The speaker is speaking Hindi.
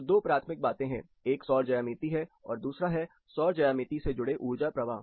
तो दो प्राथमिक बातें है एक सौर ज्यामिति है और दूसरा है सौर ज्यामिति से जुड़े ऊर्जा प्रवाह